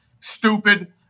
stupid